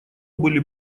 были